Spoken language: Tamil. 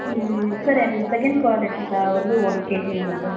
ம் சார் எந்த செகண்ட் குவாலட்டி வந்து ஒன் கேஜி வேணும் சார்